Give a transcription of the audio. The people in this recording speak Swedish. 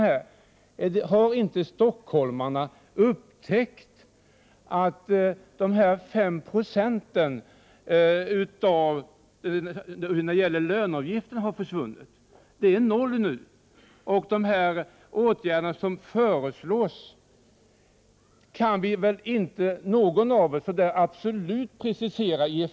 Har inte stockholmarna upptäckt att den S-procentiga löneavgiften har försvunnit? Den är nu lika med noll. Effekterna av de åtgärder som föreslås kan väl inte någon av oss absolut precisera.